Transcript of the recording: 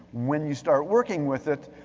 when you start working with it,